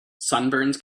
sunburns